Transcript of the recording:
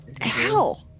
hell